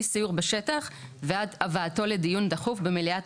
מסיור בשטח ועד הבאתו לדיון דחוף במליאת